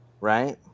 right